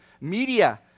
Media